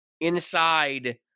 inside